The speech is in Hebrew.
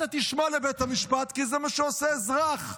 אתה תשמע לבית המשפט כי זה מה שעושה אזרח,